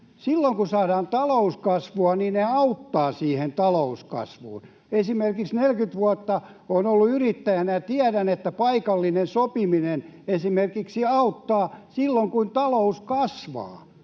Silloin, kun saadaan talouskasvua, ne auttavat siihen talouskasvuun. Esimerkiksi olen ollut 40 vuotta yrittäjänä, ja tiedän, että paikallinen sopiminen auttaa silloin, kun talous kasvaa.